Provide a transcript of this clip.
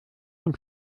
dem